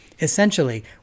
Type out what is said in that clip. Essentially